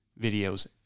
videos